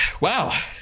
wow